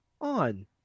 on